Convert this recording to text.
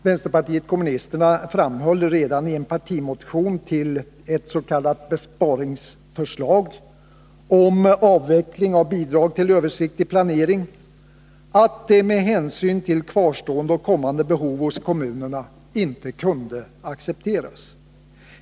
Vänsterpartiet kommunisterna framhöll redan i en partimotion med anledning av ett s.k. besparingsförslag om avveckling av bidrag till översiktlig planering att detta med hänsyn till kvarstående och kommande behov hos kommunerna inte kunde accepteras.